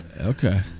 Okay